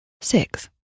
six